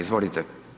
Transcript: Izvolite.